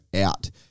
out